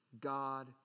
God